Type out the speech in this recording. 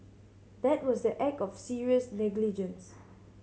that was the act of serious negligence